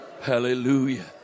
Hallelujah